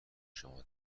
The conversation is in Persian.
شما